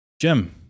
Jim